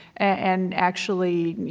and actually, you